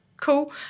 Cool